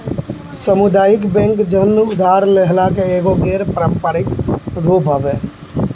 सामुदायिक बैंक धन उधार देहला के एगो गैर पारंपरिक रूप हवे